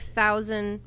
thousand